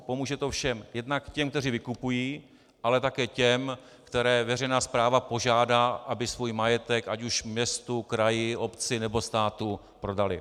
Pomůže to všem jednak těm, kteří vykupují, ale také těm, které veřejná správa požádá, aby svůj majetek, ať už městu, kraji, obci nebo státu, prodali.